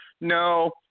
No